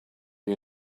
you